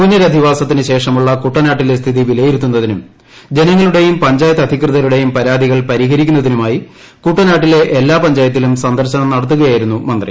പുനരധിവാസത്തിന് ശേഷമുള്ള കുട്ടനാട്ടിലെ സ്ഥിതി വിലയിരുത്തുന്നതിനും ജനങ്ങളുടെയും പഞ്ചായത്ത് അധികൃതരുടെയും പരാതികൾ പരിഹരിക്കുന്നതിനുമായി കുട്ടനാട്ടിലെ എല്ലാ പഞ്ചായത്തിലും സന്ദർശനം നടത്തുകയായിരുന്നു മന്ത്രി